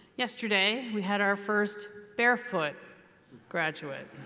yesterday we had our first barefoot graduate.